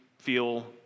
Feel